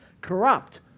corrupt